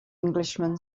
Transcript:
englishman